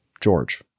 George